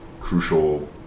crucial